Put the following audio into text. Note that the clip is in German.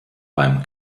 beim